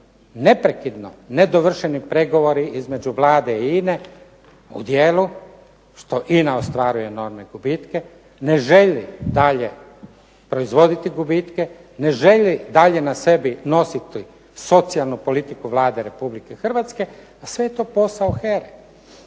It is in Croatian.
neprekidno nedovršeni pregovori između Vlade i INA-e u dijelu što INA ostvaruje enormne gubitke, ne želi dalje proizvoditi gubitke, ne želi dalje na sebi nositi socijalnu politiku Vlade Republike Hrvatske, a sve je to posao HERE.